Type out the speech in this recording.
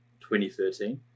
2013